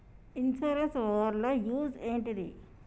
Insurance వాళ్ల use ఏంటిది?